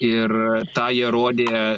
ir tą jie rodė